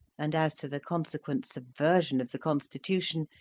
and as to the consequent subversion of the constitution,